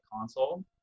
console